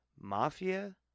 Mafia